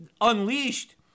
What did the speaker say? unleashed